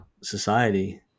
society